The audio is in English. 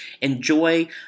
enjoy